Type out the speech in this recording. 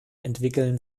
entwickeln